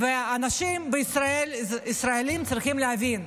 אנשים ישראלים צריכים להבין: